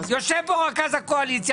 יושב פה רכז הקואליציה,